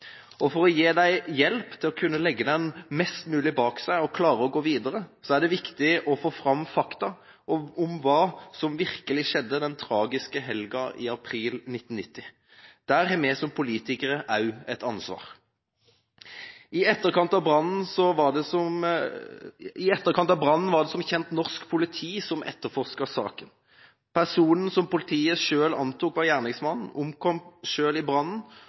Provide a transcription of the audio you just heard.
For å gi dem hjelp til å kunne legge den mest mulig bak seg og klare å gå videre, er det viktig å få fram fakta om hva som virkelig skjedde den tragiske helga i april 1990. Der har vi som politikere også et ansvar. I etterkant av brannen var det som kjent norsk politi som etterforsket saken. Personen, som politiet antok var gjerningsmannen, omkom selv i brannen,